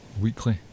weekly